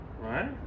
right